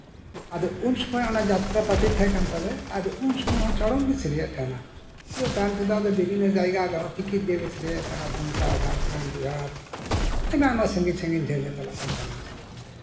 ᱟᱫᱚ ᱩᱱ ᱥᱚᱢᱚᱭ ᱡᱟᱛᱨᱟ ᱯᱟᱹᱴᱤ ᱛᱟᱸᱦᱮ ᱠᱟᱱ ᱛᱟᱞᱮᱭᱟ ᱩᱱ ᱥᱚᱢᱚᱭ ᱴᱚᱲᱚᱝ ᱜᱤᱧ ᱥᱮᱨᱮᱧᱮᱜ ᱛᱟᱸᱦᱮᱱᱟ ᱟᱫᱚ ᱛᱟᱭᱚᱢ ᱛᱮᱫᱚ ᱟᱞᱮᱦᱚᱸ ᱵᱤᱷᱤᱱᱱᱚ ᱡᱟᱭᱜᱟ ᱴᱤᱠᱤᱴ ᱫᱤᱭᱮ ᱞᱮ ᱥᱮᱨᱮᱧᱮᱜ ᱛᱟᱸᱦᱮᱱᱟ ᱫᱩᱢᱠᱟ ᱡᱷᱟᱲᱠᱷᱚᱱᱰ ᱵᱤᱦᱟᱨ ᱟᱭᱢᱟ ᱟᱭᱢᱟ ᱥᱟᱹᱜᱤᱧ ᱡᱷᱟᱹᱞ ᱥᱮᱜ ᱞᱮ ᱪᱟᱞᱟᱜ ᱠᱟᱱ ᱛᱟᱸᱦᱮᱜᱼᱟ